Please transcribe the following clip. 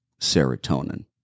serotonin